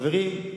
חברים,